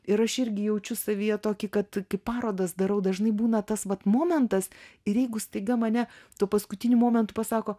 ir aš irgi jaučiu savyje tokį kad kai parodas darau dažnai būna tas vat momentas ir jeigu staiga mane tuo paskutiniu momentu pasako